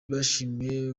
bishimiye